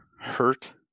hurt